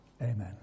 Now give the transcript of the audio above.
Amen